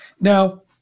Now